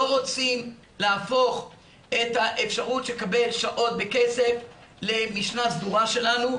לא רוצים להפוך את האפשרות לקבל שעות בכסף למשנה סדורה שלנו,